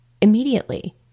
immediately